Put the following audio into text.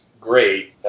great